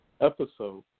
episode